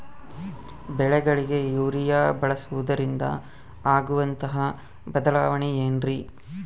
ಬೆಳೆಗಳಿಗೆ ಯೂರಿಯಾ ಬಳಸುವುದರಿಂದ ಆಗುವಂತಹ ಬದಲಾವಣೆ ಏನ್ರಿ?